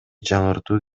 жаңыртуу